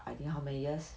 I think how many years